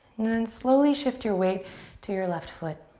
then slowly shift your weight to your left foot.